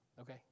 Okay